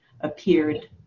appeared